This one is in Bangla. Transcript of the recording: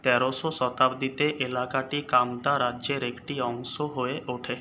তেরোশো শতাব্দীতে এলাকাটি কামতা রাজ্যের একটি অংশ হয়ে ওঠে